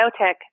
biotech